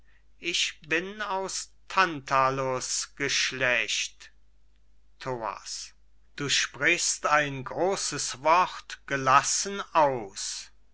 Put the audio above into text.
ich bin aus tantalus geschlecht thoas du sprichst ein großes wort gelassen aus